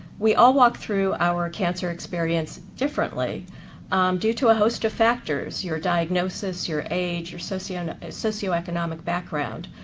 we all walk through our cancer experience differently due to a host of factors your diagnosis, your age, your socioeconomic socioeconomic background.